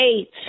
eight